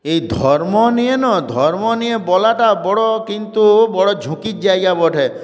এই ধর্ম নিয়ে না ধর্ম নিয়ে বলাটা বড় কিন্তু বড় ঝুঁকির জায়গা বটে